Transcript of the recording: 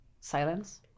silence